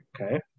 okay